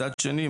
מצד שני,